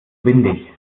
windig